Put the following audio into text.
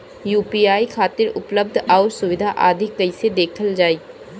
UPI खातिर उपलब्ध आउर सुविधा आदि कइसे देखल जाइ?